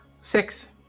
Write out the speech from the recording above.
Six